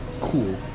Cool